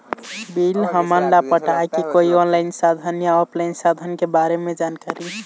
Bill हमन ला पटाए के कोई ऑनलाइन साधन या ऑफलाइन साधन के बारे मे जानकारी?